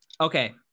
okay